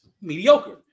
mediocre